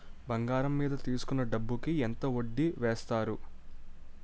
బంగారం మీద తీసుకున్న డబ్బు కి ఎంత వడ్డీ వేస్తారు?